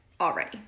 already